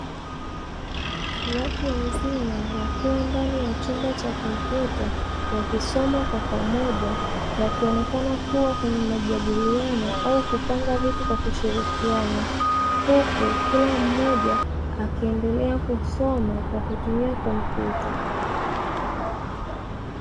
Watu wazima wakiwa ndani ya chumba cha kompyuta, wakisoma kwa pamoja wakionekana kuwa kwenye majadiliano au kupanga vitu kwa kushirikiana, huku kila mmoja akiendelea kusoma kwa kutumia kompyuta.